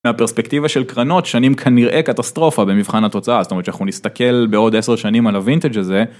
הפרספקטיבה של קרנות שנים כנראה קטסטרופה במבחן התוצאה זאת אומרת שאנחנו נסתכל בעוד 10 שנים על הווינטג' הזה.